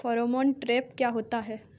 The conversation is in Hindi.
फेरोमोन ट्रैप क्या होता है?